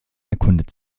erkundigt